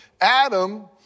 Adam